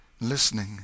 listening